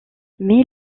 mais